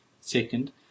Second